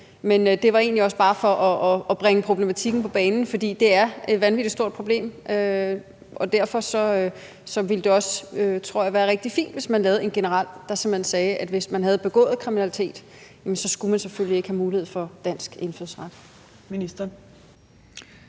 Men det var egentlig også bare for at bringe problematikken på banen, for det er et vanvittig stort problem, og derfor ville det også, tror jeg, være rigtig fint, hvis man lavede en generel regel, der simpelt hen sagde, at hvis man havde begået kriminalitet, skulle man selvfølgelig ikke have mulighed for at få dansk indfødsret. Kl.